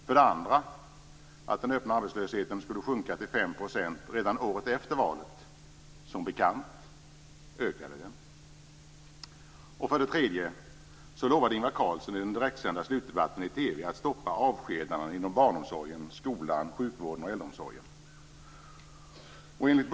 För det andra lovade ni att den öppna arbetslösheten skulle sjunka till 5 % redan året efter valet. Som bekant ökade den i stället. För det tredje lovade Ingvar Carlsson i den direktsända slutdebatten i TV att stoppa avskedanden inom barnomsorgen, skolan, sjukvården och äldreomsorgen.